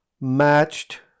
matched